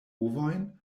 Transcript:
ovojn